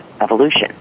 evolution